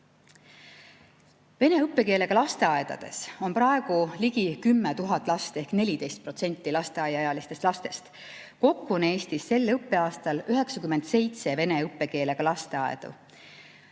Vene õppekeelega lasteaedades on praegu ligi 10 000 last ehk 14% lasteaiaealistest lastest. Kokku on Eestis sel õppeaastal 97 vene õppekeelega lasteaeda.